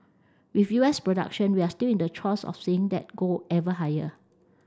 with U S production we're still in the throes of seeing that go ever higher